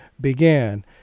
Began